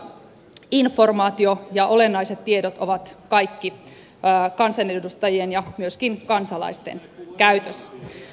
tätä kautta informaatio ja olennaiset tiedot ovat kaikki kansanedustajien ja myöskin kansalaisten käytössä